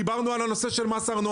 דיברנו על מס הארנונה,